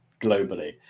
globally